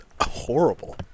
horrible